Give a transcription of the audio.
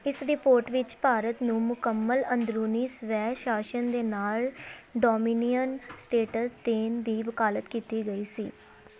ਇਸ ਰਿਪੋਰਟ ਵਿੱਚ ਭਾਰਤ ਨੂੰ ਮੁਕੰਮਲ ਅੰਦਰੂਨੀ ਸਵੈ ਸ਼ਾਸਨ ਦੇ ਨਾਲ ਡੋਮੀਨੀਅਨ ਸਟੇਟਸ ਦੇਣ ਦੀ ਵਕਾਲਤ ਕੀਤੀ ਗਈ ਸੀ